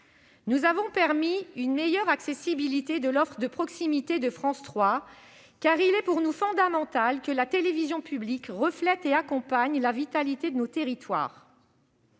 Nous avons permis une meilleure accessibilité de l'offre de proximité de France 3, car il est pour nous fondamental que la télévision publique reflète et accompagne la vitalité de nos territoires.